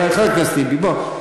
חבר הכנסת טיבי, בוא.